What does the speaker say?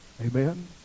amen